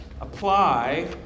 apply